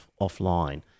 offline